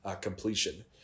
completion